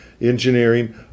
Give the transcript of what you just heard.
engineering